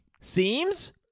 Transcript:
seems